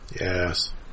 Yes